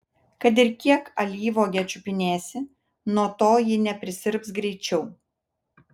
kad ir kiek alyvuogę čiupinėsi nuo to ji neprisirps greičiau